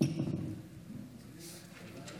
פנתה לבית הדין הבין-לאומי בהאג